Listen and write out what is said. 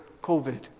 COVID